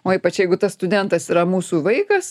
o ypač jeigu tas studentas yra mūsų vaikas